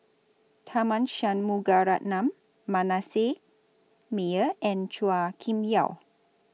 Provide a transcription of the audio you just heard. Tharman Shanmugaratnam Manasseh Meyer and Chua Kim Yeow